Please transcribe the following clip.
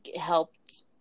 helped